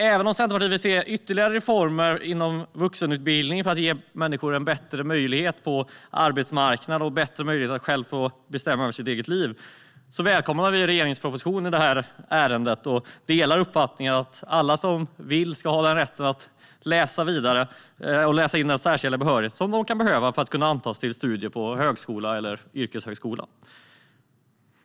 Även om Centerpartiet vill se ytterligare reformer inom vuxenutbildningen för att ge människor bättre möjlighet på arbetsmarknaden och bättre möjlighet att själv få bestämma över sitt eget liv välkomnar vi regeringens proposition i det här ärendet. Vi delar uppfattningen att alla som vill ska ha rätt att läsa in den särskilda behörighet de kan behöva för att kunna antas till studier på högskola eller yrkeshögskola.